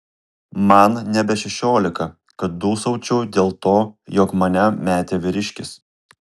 man nebe šešiolika kad dūsaučiau dėl to jog mane metė vyriškis